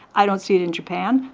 i don't see it in japan.